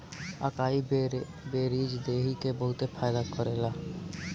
अकाई berries देहि के बहुते फायदा करेला